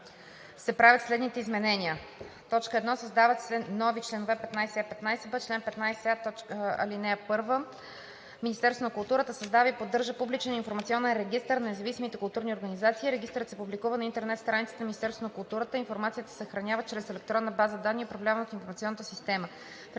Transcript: правят следните изменения